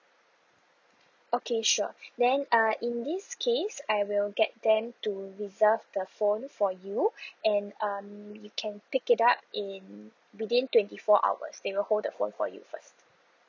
okay sure then err in this case I will get them to reserve the phone for you and um you can pick it up in within twenty four hours they will hold the phone for you first